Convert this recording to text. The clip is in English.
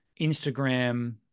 Instagram